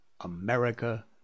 America